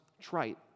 trite